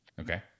okay